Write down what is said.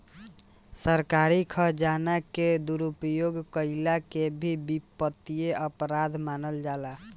सरकारी खजाना के दुरुपयोग कईला के भी वित्तीय अपराध मानल जाला